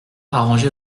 arranger